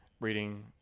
reading